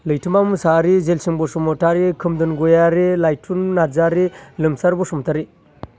Laithoma Mosahary Jelsing Basumatary Khomdon Goyary Laithun Narzary Lomsar Basumatary